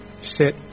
sit